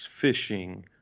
fishing